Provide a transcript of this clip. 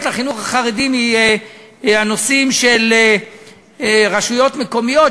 לחינוך החרדי בנושאים של רשויות מקומיות,